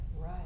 Right